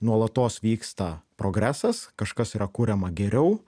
nuolatos vyksta progresas kažkas yra kuriama geriau